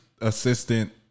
assistant